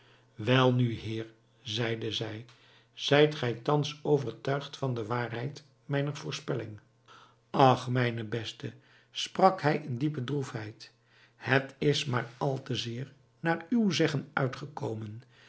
welnu heer zeide zij zijt gij thans overtuigd van de waarheid mijner voorspelling ach mijne beste sprak hij in diepe droefheid het is maar al te zeer naar uw zeggen uitgekomen